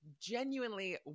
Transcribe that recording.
genuinely